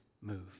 move